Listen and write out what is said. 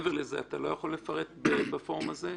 מעבר לזה אתה לא יכול לפרט בפורום הזה?